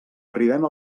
arribem